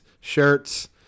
shirts